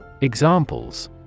Examples